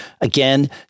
again